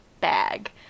bag